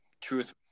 truth